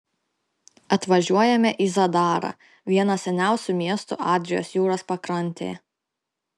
atvažiuojame į zadarą vieną seniausių miestų adrijos jūros pakrantėje